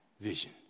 vision